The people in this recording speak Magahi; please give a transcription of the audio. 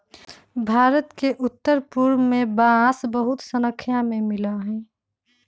भारत के उत्तर पूर्व में बांस बहुत स्नाख्या में मिला हई